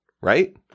Right